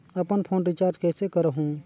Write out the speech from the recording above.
अपन phone recharge कइसे करहु?